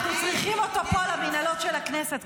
אנחנו צריכים אותו פה למינהלות של הכנסת,